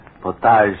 potage